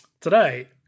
Today